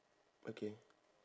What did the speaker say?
okay